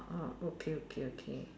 oh okay okay okay